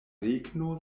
regno